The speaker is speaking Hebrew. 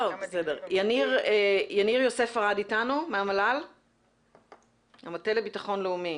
יניב יוסף ארד מהמטה לביטוח לאומי,